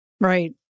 Right